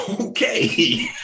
okay